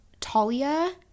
talia